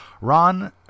Ron